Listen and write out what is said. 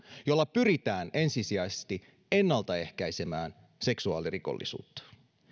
jolla pyritään ensisijaisesti ennaltaehkäisemään seksuaalirikollisuutta